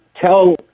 tell